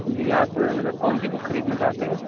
جی آپ مطلب کون سی بک خریدنا چاہتے ہیں